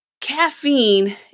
Caffeine